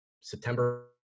September